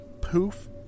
poof